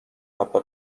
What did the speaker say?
حبه